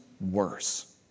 worse